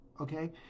Okay